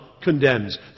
condemns